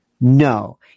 No